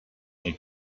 font